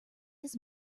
his